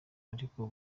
ariko